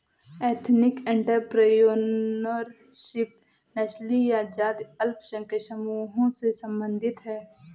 ethnic entrepreneurship नस्लीय या जातीय अल्पसंख्यक समूहों से संबंधित हैं